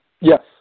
Yes